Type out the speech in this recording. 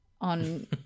on